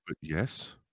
Yes